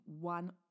one